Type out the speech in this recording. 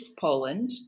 Poland